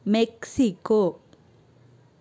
Mexico